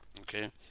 Okay